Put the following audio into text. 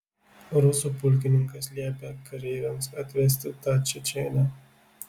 rusų pulkininkas liepė kareiviams atvesti tą čečėnę